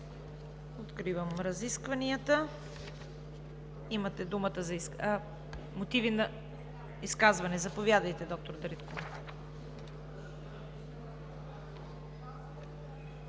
откривам разискванията. Имате думата за изказвания. Заповядайте, доктор Дариткова.